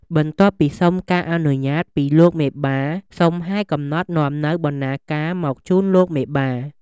បន្ទាប់ពីសុំការអនុញ្ញាត ពីលោកមេបាសុំហែកំណត់នាំនូវ បណ្ណាការមកជូនលោកមេបា។